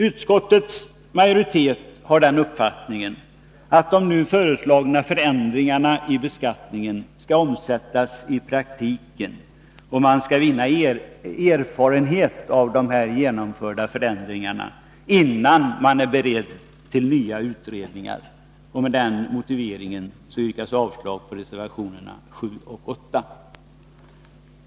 Utskottets majoritet har den uppfattningen, att de nu föreslagna förändringarna i beskattningen skall omsättas i praktiken och att man skall vinna erfarenhet av de genomförda förändringarna, innan man är beredd till nya utredningar. Med den motiveringen yrkas avslag på reservationerna 7 och 8.